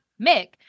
Mick